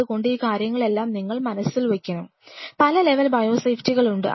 അതുകൊണ്ട് ഈ കാര്യങ്ങൾ എല്ലാം നിങ്ങൾ മനസ്സിൽ വയ്ക്കണം പല ലെവൽ ബയോസേഫ്റ്റികൾ ഉണ്ട്